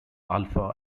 alpha